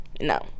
no